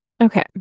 Okay